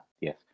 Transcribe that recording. yes